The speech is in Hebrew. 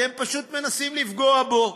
אתם פשוט מנסים לפגוע בו.